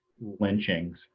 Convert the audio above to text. lynchings